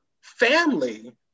family